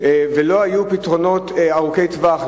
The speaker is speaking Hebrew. ולא היו פתרונות ארוכי-טווח,